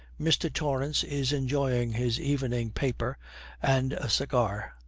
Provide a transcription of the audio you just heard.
mr. torrance is enjoying his evening paper and a cigar,